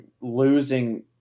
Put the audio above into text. losing